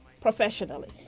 professionally